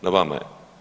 Na vama je.